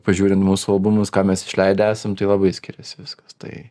pažiūrin mūsų albumus ką mes išleidę esam tai labai skiriasi viskas tai